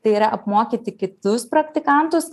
tai yra apmokyti kitus praktikantus